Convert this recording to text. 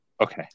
Okay